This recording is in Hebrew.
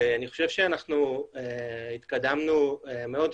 אני חושב שאנחנו התקדמנו מאוד,